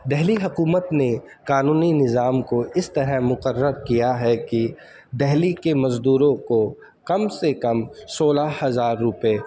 دہلی حکومت نے قانونی نظام کو اس طرح مقرر کیا ہے کہ دہلی کے مزدوروں کو کم سے کم سولہ ہزار روپے